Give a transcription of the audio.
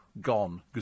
gone